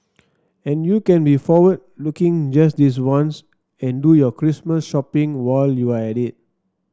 and you can be forward looking just this once and do your Christmas shopping while you're at it